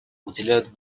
уделяют